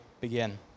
begin